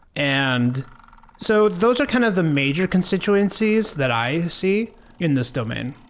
and so those are kind of the major constituencies that i see in this domain.